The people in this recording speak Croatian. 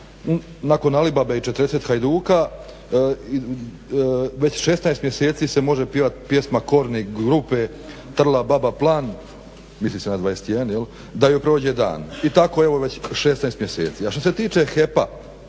nakon Alibabe i 40 hajduka već 16 mjeseci se može pjevati Korni grupe trla baba plan, misli se na 21 jel, da joj prođe dan i tako 16 mjeseci. A što se tiče HEP-a